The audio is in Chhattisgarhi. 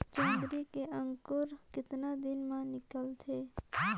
जोंदरी के अंकुर कतना दिन मां निकलथे?